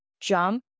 jump